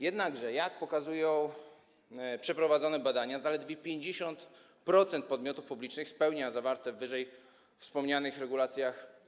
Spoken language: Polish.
Jednakże, jak pokazują przeprowadzone badania, zaledwie 50% podmiotów publicznych spełnia wymagania zawarte w wyżej wspomnianych regulacjach.